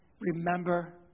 remember